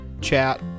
chat